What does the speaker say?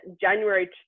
January